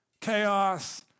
chaos